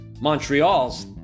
Montreal's